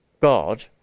God